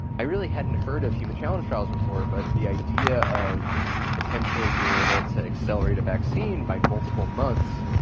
i really hadn't heard of human challenge trials before but the idea of potentially being able to accelerate a vaccine by multiple months,